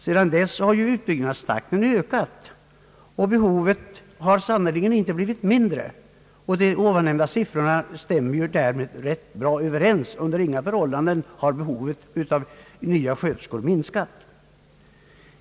Sedan dess har ju utbyggnadstakten ökat och behovet har sannerligen inte blivit mindre. De här nämnda siffrorna stämmer därmed rätt bra överens. Under inga förhållanden har behovet av nya sköterskor minskat.